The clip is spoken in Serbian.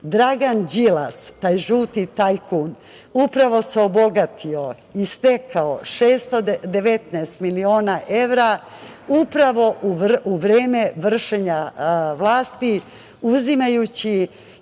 Dragan Đilas, taj žuti tajkun upravo se obogatio i stekao 619 miliona evra, upravo u vreme vršenja vlasti uzimajući